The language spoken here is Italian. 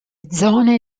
zone